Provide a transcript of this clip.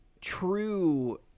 true